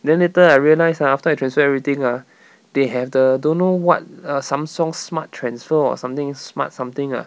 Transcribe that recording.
then later I realise ah after I transfer everything ah they have the don't know what err samsung smart transfer or something smart something ah